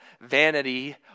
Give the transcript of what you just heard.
vanity